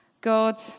God